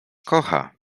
kocha